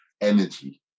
energy